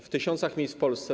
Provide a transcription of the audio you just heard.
W tysiącach miejsc w Polsce.